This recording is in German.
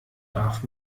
darf